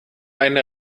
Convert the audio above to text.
eine